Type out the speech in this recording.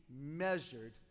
measured